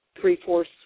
three-fourths